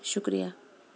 شُکریہ